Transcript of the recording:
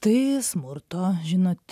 tai smurto žinot